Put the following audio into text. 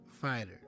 fighter